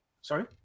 Sorry